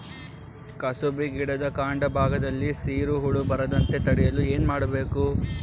ಕುಸುಬಿ ಗಿಡದ ಕಾಂಡ ಭಾಗದಲ್ಲಿ ಸೀರು ಹುಳು ಬರದಂತೆ ತಡೆಯಲು ಏನ್ ಮಾಡಬೇಕು?